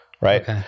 right